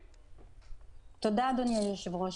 תודה, אדוני היושב-ראש.